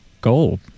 gold